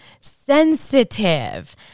sensitive